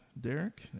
Derek